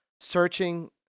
Searching